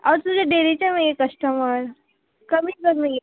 आ तुजे डेरीचें मे कश्टमर कमी कर